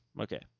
Okay